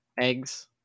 eggs